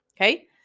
Okay